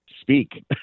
Speak